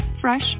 fresh